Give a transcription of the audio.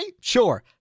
sure